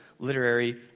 Literary